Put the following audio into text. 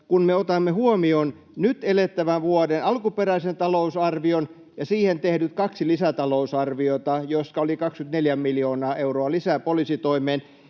kun me otamme huomioon nyt elettävän vuoden alkuperäisen talousarvion ja siihen tehdyt kaksi lisätalousarviota, jotka olivat 24 miljoonaa euroa lisää poliisitoimeen,